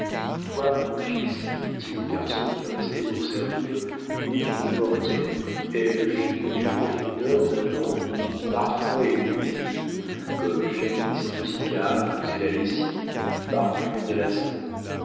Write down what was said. toi mon fils dit-il au garçon qui restait pour servir il est une portière elle gît dans les profondeurs d'un antre où parfois elle cuisine comme jadis nausicaa faisait la lessive par pur